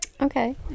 Okay